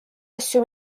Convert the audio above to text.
asju